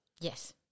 Yes